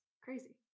crazy